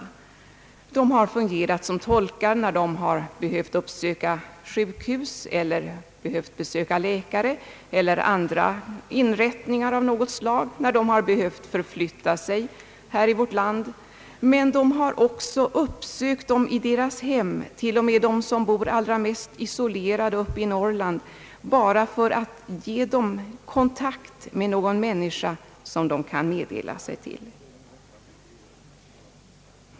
Personer tillhörande frälsningsarmén har fungerat som tolkar när dessa handikappade har behövt uppsöka sjukhus eller läkare eller andra inrättningar av något slag eller när de har behövt förflytta sig. Men de har också uppsökt dessa handikappade i deras hem — t.o.m. dem som bor mest isolerat uppe i Norrland — bara för att ge dem kontakt med någon människa som de kan meddela sig med.